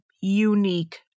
unique